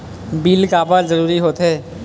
Bill काबर जरूरी होथे?